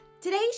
Today